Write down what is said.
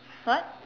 what